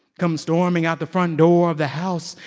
come storming out the front door of the house,